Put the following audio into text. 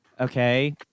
okay